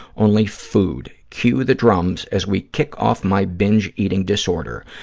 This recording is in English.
only food. cue the drums as we kick off my binge eating disorder.